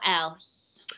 else